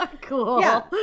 Cool